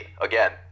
again